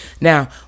Now